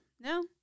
no